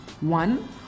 One